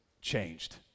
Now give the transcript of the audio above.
changed